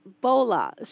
Bola